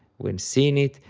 when seeing it,